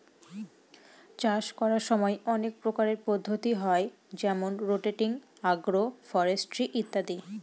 চাষ করার সময় অনেক প্রকারের পদ্ধতি হয় যেমন রোটেটিং, আগ্র ফরেস্ট্রি ইত্যাদি